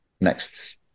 next